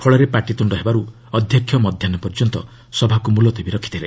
ଫଳରେ ପାଟିତୁଣ୍ଡ ହେବାରୁ ଅଧ୍ୟକ୍ଷ ମଧ୍ୟାହ୍ନ ପର୍ଯ୍ୟନ୍ତ ସଭାକୁ ମୁଲତବୀ ରଖିଥିଲେ